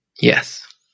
Yes